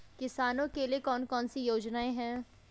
किसानों के लिए कौन कौन सी योजनाएं हैं?